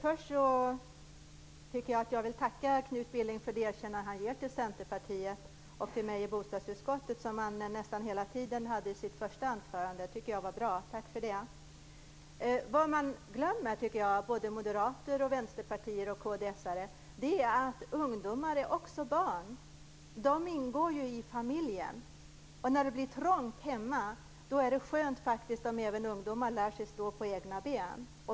Fru talman! Först vill jag tacka Knut Billing för det erkännande han ger till Centerpartiet och mig i bostadsutskottet i sitt första anförande. Det tycker jag var bra. Tack för det! Vad moderater, vänsterpartister och kd:are glömmer, tycker jag, är att ungdomar också är barn. De ingår ju i familjen. När det blir trångt hemma är det faktiskt skönt om även ungdomar lär sig stå på egna ben.